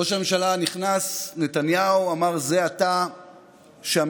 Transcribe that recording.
ראש הממשלה הנכנס נתניהו אמר זה עתה שהמשימה